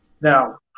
Now